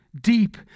deep